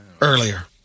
Earlier